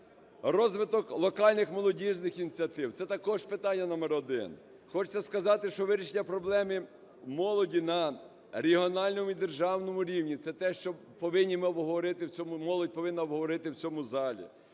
Розвиток локальних молодіжних ініціатив – це також питання номер один. Хочеться сказати, що вирішення проблеми молоді на регіональному і державному рівні – це те, що повинні ми обговорити, молодь